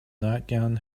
nightgown